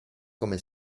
come